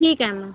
ठीक आहे मग